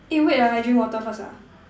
eh wait ah I drink water first ah